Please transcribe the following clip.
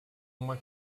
uma